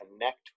connect